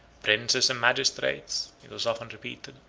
princes and magistrates, it was often repeated,